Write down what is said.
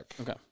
Okay